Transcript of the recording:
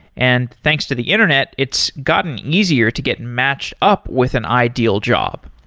and thanks to the internet, it's gotten easier to get matched up with an ideal job.